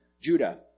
Judah